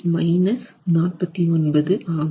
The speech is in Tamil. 28 ஆகும்